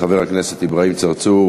חבר הכנסת אברהים צרצור,